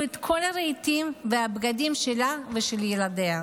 את כל הרהיטים והבגדים שלה ושל ילדיה.